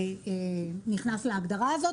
נכנס להגדרה הזאת.